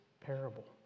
parable